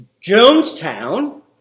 Jonestown